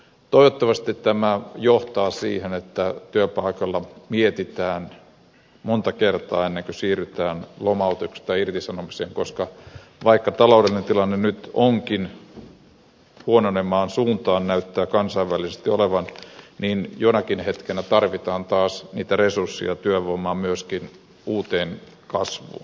toivottavasti tämä johtaa siihen että työpaikalla mietitään monta kertaa ennen kuin siirrytään lomautuksista irtisanomisiin koska vaikka taloudellinen tilanne nyt onkin huononevaan suuntaan näyttää kansainvälisesti olevan niin jonakin hetkenä tarvitaan taas niitä resursseja työvoimaa myöskin uuteen kasvuun